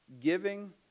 giving